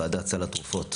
ועדת סל התרופות,